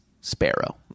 Sparrow